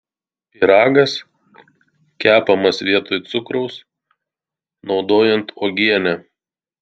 pyragas kepamas vietoj cukraus naudojant uogienę